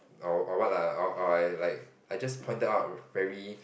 or or what lah or or or I like I just pointed out very